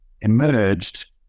emerged